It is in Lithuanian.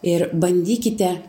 ir bandykite